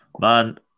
Man